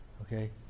okay